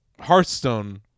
Hearthstone